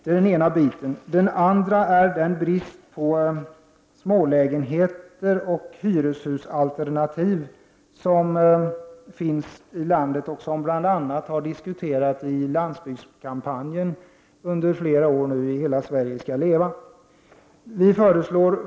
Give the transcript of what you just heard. Det gäller för det andra den brist på smålägenheter och hyreshusalternativ som finns i landetoch som bl.a. har diskuterats i landsbygdskampanjen ”Hela Sverige skall leva” under flera år.